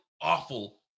awful